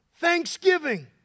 Thanksgiving